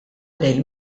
lejl